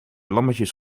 lammetjes